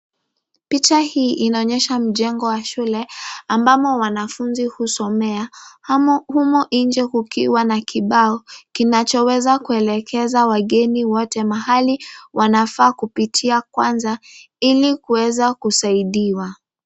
Picha hii inaonyesha mjengo wa shule, ambamo wanafunzi husomea humo inje kukiwa na kibao, kinachoweza kuelekeza wageni wote mahali wanafaa kupitia kwanza, ili kuweza kusaidiwa.